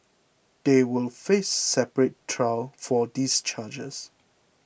they will face a separate trial for these charges